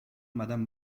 madame